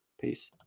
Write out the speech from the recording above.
Peace